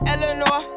Eleanor